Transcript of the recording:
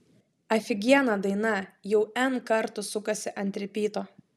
afigiena daina jau n kartų sukasi ant ripyto